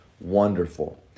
wonderful